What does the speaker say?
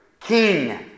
king